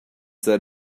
said